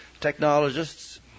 technologists